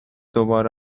دوباره